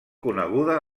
coneguda